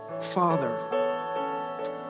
Father